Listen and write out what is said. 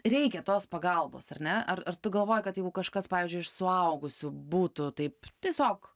reikia tos pagalbos ar ne ar ar tu galvoji kad jeigu kažkas pavyzdžiui iš suaugusių būtų taip tiesiog